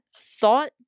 thought